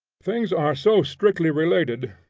things are so strictly related,